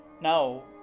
Now